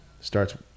starts